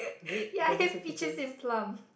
ya I have peaches and plum